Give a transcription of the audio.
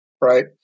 right